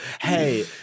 Hey